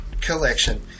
collection